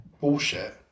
bullshit